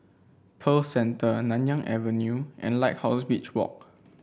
Pearl Centre Nanyang Avenue and Lighthouse Beach Walk